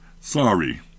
Sorry